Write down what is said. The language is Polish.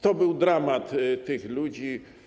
To był dramat tych ludzi.